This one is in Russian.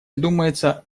думается